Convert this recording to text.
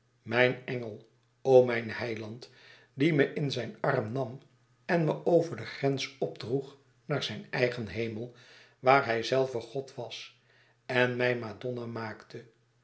mijn engel o mijn heiland die me in zijn arm nam en me over den grens opdroeg naar zijn eigen hemel waar hijzelve god was en mij madonna maakte